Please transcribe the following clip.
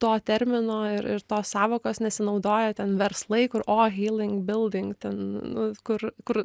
to termino ir ir tos sąvokos nesinaudoja ten verslai kur o hyling bilding ten nu kur kur